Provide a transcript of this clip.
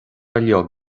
uile